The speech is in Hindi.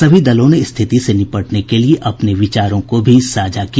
सभी दलों ने स्थिति से निपटने के लिये अपने विचारों को भी साझा किया